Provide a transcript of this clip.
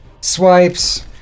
swipes